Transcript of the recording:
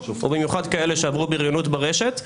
ובמיוחד כאלה שעברו בריונות ברשת,